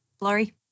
Laurie